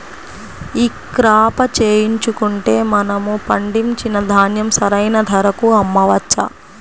ఈ క్రాప చేయించుకుంటే మనము పండించిన ధాన్యం సరైన ధరకు అమ్మవచ్చా?